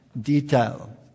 detail